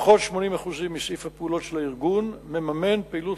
לפחות 80% מסעיף הפעולות של הארגון מממנים פעילות